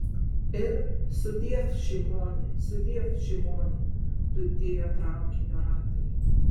ir sudiev šimoni sudiev šimoni dundėjo traukinio ratai